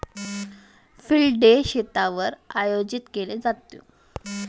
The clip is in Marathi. फील्ड डे शेतावर आयोजित केला जातो